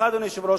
אדוני היושב-ראש,